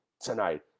tonight